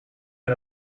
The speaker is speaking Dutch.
met